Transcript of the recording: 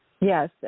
Yes